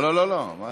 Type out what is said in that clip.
לא, לא, לא, לא.